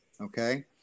Okay